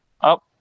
up